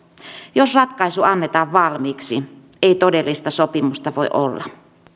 jos ratkaisu annetaan valmiiksi ei todellista sopimusta voi olla